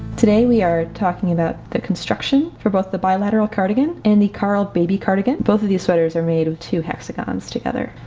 today we are talking about the construction for both the bilateral cardigan and the carle baby cardigan. both of these sweaters are made with two hexagons together,